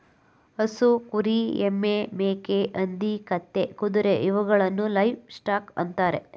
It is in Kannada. ಹಸು, ಕುರಿ, ಎಮ್ಮೆ, ಮೇಕೆ, ಹಂದಿ, ಕತ್ತೆ, ಕುದುರೆ ಇವುಗಳನ್ನು ಲೈವ್ ಸ್ಟಾಕ್ ಅಂತರೆ